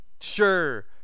sure